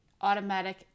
automatic